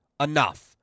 Enough